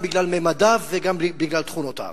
גם בגלל ממדיו וגם בגלל תכונותיו.